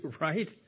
right